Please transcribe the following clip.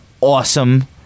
awesome